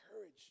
courage